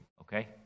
okay